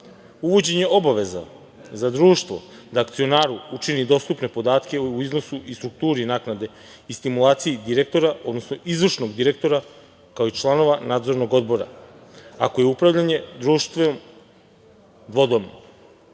Uvođenje obaveza za društvo da akcionaru učini dostupne podatke u iznosu i strukturi naknade i stimulaciji direktora, odnosno izvršnog direktora, kao i članova nadzornog odbora, ako je upravljanje društvom dvodomno. Takođe,